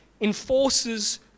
enforces